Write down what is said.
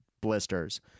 blisters